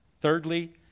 Thirdly